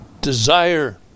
desire